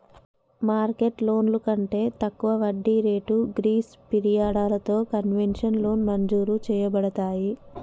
market లోన్లు కంటే తక్కువ వడ్డీ రేట్లు గ్రీస్ పిరియడలతో కన్వెషనల్ లోన్ మంజురు చేయబడతాయి